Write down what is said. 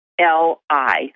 L-I